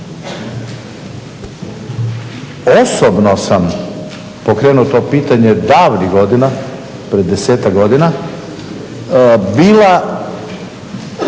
Osobno sam pokrenuo to pitanje davnih godina, pred desetak godina, bila